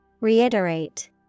Reiterate